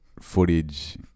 footage